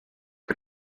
can